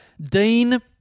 Dean